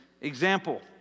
example